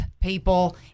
people